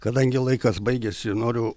kadangi laikas baigėsi noriu